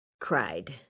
cried